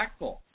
impactful